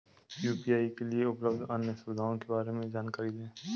UPI के लिए उपलब्ध अन्य सुविधाओं के बारे में जानकारी दें?